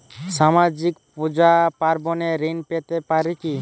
সামাজিক পূজা পার্বণে ঋণ পেতে পারে কি?